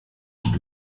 ist